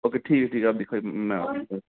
okay ठीक है ठीक है आप दिखाइये मैं आता हूँ